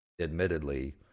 admittedly